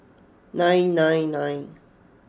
nine nine nine